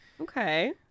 okay